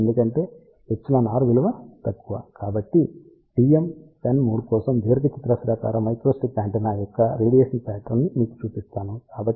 కాబట్టి TM10 mode కోసం దీర్ఘచతురస్రాకార మైక్రోస్ట్రిప్ యాంటెన్నా యొక్క రేడియేషన్ ప్యాట్రన్ ని మీకు చూపిస్తాను